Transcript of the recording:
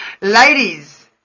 Ladies